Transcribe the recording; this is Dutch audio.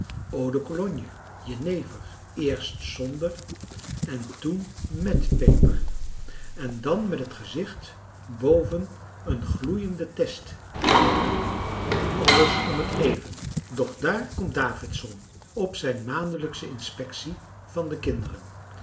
eau de cologne jenever eerst zonder en toen met peper en dan met het gezicht boven een gloeiende test maar jawel alles om het even doch daar komt davidson op zijn maandelijksche inspectie van de kinderen